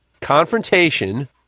Confrontation